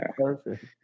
Perfect